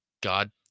God